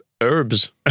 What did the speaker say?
herbs